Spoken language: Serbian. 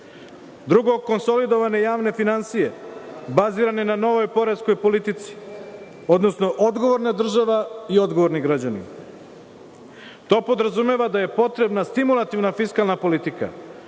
konsolidovane javne finansije, bazirane na novoj poreskoj politici, odnosno odgovorna država i odgovorni građani. To podrazumeva da je potrebna stimulativna fiskalna politika